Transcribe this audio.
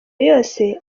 yose